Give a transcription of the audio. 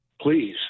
please